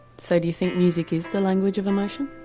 so do you think music is the language of emotion?